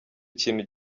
ikintu